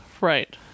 Right